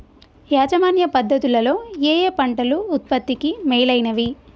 యాజమాన్య పద్ధతు లలో ఏయే పంటలు ఉత్పత్తికి మేలైనవి?